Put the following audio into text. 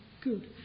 good